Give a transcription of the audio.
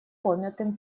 помятым